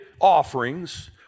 offerings